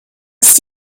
ist